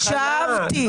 הקשבתי.